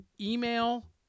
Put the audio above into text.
email